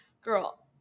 girl